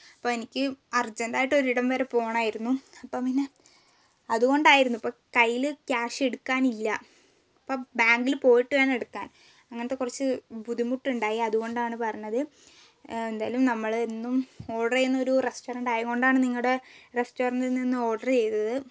അപ്പോൾ എനിക്ക് അർജൻ്റായിട്ട് ഒരിടം വരെ പോകണമായിരുന്നു അപ്പം പിന്നെ അതുകൊണ്ടായിരുന്നു ഇപ്പം കയ്യിൽ ക്യാഷ് എടുക്കാനില്ല അപ്പം ബാങ്കിൽ പോയിട്ട് വേണം എടുക്കാൻ അങ്ങനത്തെ കുറച്ച് ബുദ്ധിമുട്ടുണ്ടായി അതുകൊണ്ടാണ് പറഞ്ഞത് എന്തെങ്കിലും നമ്മളെ എന്നും ഓർഡറ് ചെയ്യുന്നൊരു റസ്റ്റോറൻ്റ് ആയതുകൊണ്ടാണ് നിങ്ങളുടെ റസ്റ്റോറൻ്റിൽ നിന്ന് ഓർഡറ് ചെയ്തത്